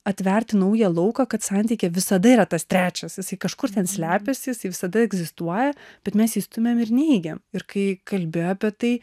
atverti naują lauką kad santykyje visada yra tas trečias jisai kažkur ten slepiasi jisai visada egzistuoja bet mes jį stumiam ir neigiam ir kai kalbi apie tai